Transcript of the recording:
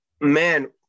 Man